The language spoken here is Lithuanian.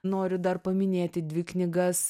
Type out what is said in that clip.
noriu dar paminėti dvi knygas